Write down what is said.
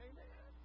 Amen